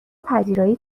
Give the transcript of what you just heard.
پذیرایی